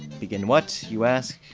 begin what, you ask?